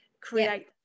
create